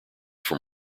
from